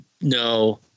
no